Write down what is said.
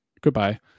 goodbye